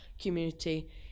community